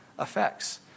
effects